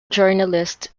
journalist